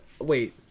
wait